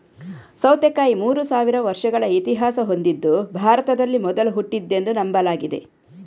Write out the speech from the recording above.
ಸೌತೆಕಾಯಿ ಮೂರು ಸಾವಿರ ವರ್ಷಗಳ ಇತಿಹಾಸ ಹೊಂದಿದ್ದು ಭಾರತದಲ್ಲಿ ಮೊದಲು ಹುಟ್ಟಿದ್ದೆಂದು ನಂಬಲಾಗಿದೆ